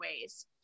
ways